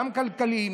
גם כלכליים,